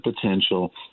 potential